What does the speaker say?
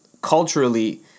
culturally